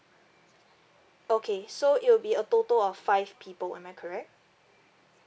okay so it will be a total of five people am I correct